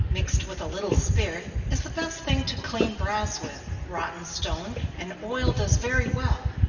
mixed with a little spirit, is the best thing to clean brass with rotten stone and oil does very well.